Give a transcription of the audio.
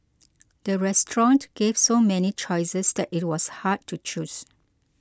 the restaurant gave so many choices that it was hard to choose